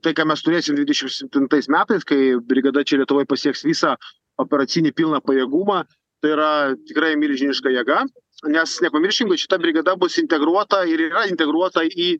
tai ką mes turėsim dvidešim septintais metais kai brigada čia lietuvoj pasieks visą operacinį pilną pajėgumą tai yra tikrai milžiniška jėga nes nepamirškim kad šita brigada bus integruota ir yra integruota į